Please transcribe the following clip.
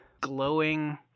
glowing